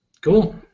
Cool